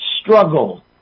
struggle